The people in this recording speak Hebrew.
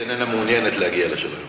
היא איננה מעוניינת להגיע לשלום.